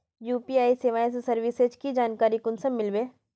UPI सेवाएँ या services की जानकारी कुंसम मिलबे?